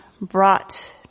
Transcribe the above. brought